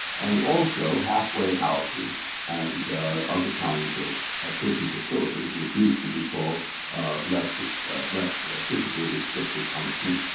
and also, halfway houses and other kinds of prison facilities which used to be called less less physically restrictive punishments,